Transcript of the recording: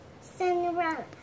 Cinderella